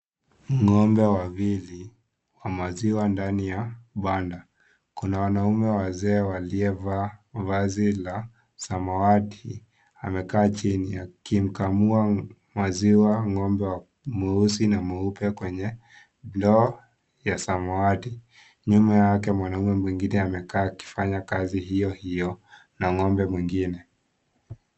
Ng'ombe wawili wa maziwa ndani ya banda, kuna wanaume wazee waliovaa vazi la samawati amekaa chini akimkamua maziwa ng'ombe wa mweusi na mweupe kwenye ndoo ya samawati nyuma yake mwanaume mwingine amekaa akifanya kazi hiyo hiyo na ng'ombe mwingine.